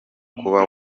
kuba